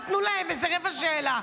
נתנו להם איזו רבע שאלה.